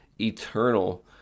eternal